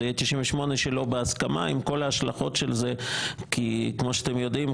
זה יהיה 98 שלא בהסכמה עם כל ההשלכות של זה כי כמו שאתם יודעים,